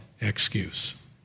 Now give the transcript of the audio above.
excuse